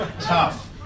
Tough